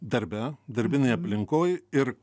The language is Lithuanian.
darbe darbinėj aplinkoj ir